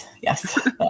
Yes